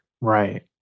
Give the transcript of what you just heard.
Right